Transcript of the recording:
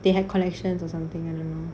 they had connections or something I don't know